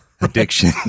addiction